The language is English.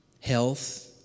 health